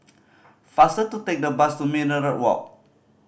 faster to take the bus to Minaret Walk